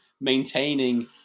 maintaining